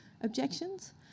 objections